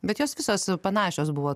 bet jos visos panašios buvo